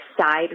side